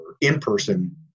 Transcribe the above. in-person